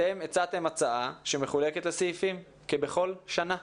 אתם הצעתם הצעה שמחולקת לסעיפים כבכל שנה,